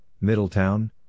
Middletown